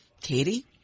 Katie